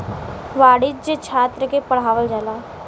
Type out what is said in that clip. वाणिज्य छात्र के पढ़ावल जाला